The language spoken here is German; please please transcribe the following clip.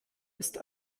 ist